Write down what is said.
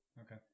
Okay